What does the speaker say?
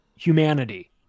humanity